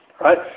Right